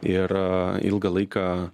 ir ilgą laiką